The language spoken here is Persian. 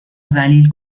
ذلیل